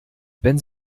wenn